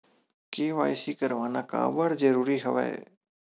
KYC करवाना काबर जरूरी हवय?